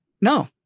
No